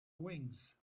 wings